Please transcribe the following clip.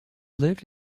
lived